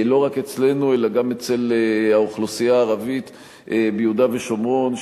לא רק אצלנו אלא גם אצל האוכלוסייה הערבית ביהודה ושומרון,